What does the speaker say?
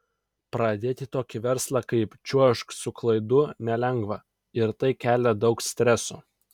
pradėti tokį verslą kaip čiuožk su klaidu nelengva ir tai kelia daug streso